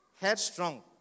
headstrong